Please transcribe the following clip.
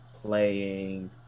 playing